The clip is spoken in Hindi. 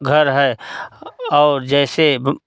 घर है और जैसे